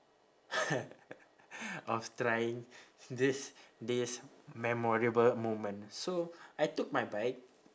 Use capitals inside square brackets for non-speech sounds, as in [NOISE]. [LAUGHS] of trying this this memorable moment so I took my bike